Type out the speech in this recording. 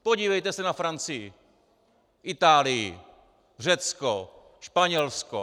Podívejte se na Francii, Itálii, Řecko, Španělsko.